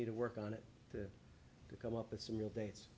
need to work on it to come up with some real dates